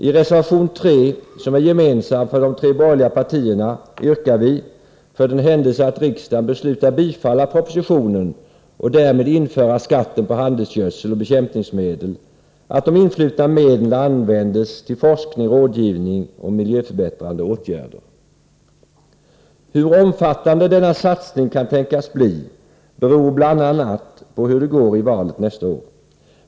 I reservation 3, som är gemensam för de tre borgerliga partierna, yrkar vi, för den händelse att riksdagen beslutar bifalla propositionen och därmed införa skatten på handelsgödsel och bekämpningsmedel, att de influtna medlen används till forskning, rådgivning och miljöförbättrande åtgärder. Hur omfattande denna satsning kan tänkas bli beror bl.a. på hur det går i valet nästa år.